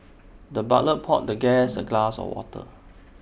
the butler poured the guest A glass of water